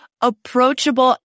approachable